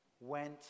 went